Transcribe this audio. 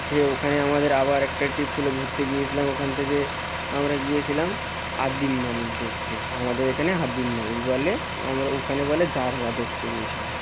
খেয়ে ওখানে আমাদের আবার একটা ট্রিপ ছিলো ঘুরতে গিয়েছিলাম ওখান থেকে আমরা গিয়েছিলাম আদিম মানুষ দেখতে আমাদের এখানে আদিম মানুষ বলে আমরা ওখানে বলে জারোয়া দেখতে গিয়েছিলাম